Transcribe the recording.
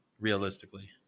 realistically